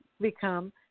become